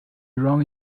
ran